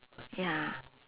ya